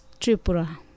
Tripura